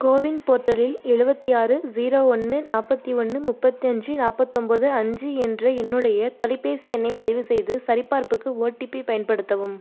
CoWIN போர்ட்டலில் எழுபத்தி ஆறு ஜீரோ ஒன்று நாற்பத்தி ஒன்று முப்பத்தி அஞ்சு நாற்பத்தொம்பது அஞ்சு என்ற என்னுடைய தொலைபேசி எண்ணை பதிவு செய்து சரிபார்ப்புக்கு ஓடிபி பயன்படுத்தவும்